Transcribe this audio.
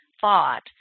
thought